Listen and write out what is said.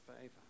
favor